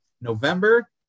November